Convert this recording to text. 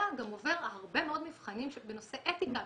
גם עובר הרבה מאוד מבחנים בנושא אתיקה,